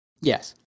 Yes